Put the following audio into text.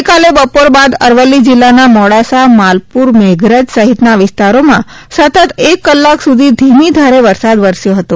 ગઇકાલે બપોર બાદ અરવલ્લી જિલ્લાના મોડાસા માલપુર મેઘરજ સહિતના વિસ્તારોમાં સતત એક કલાક સુધી ધીમીધારે વરસાદ વરસ્યો હતો